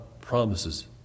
promises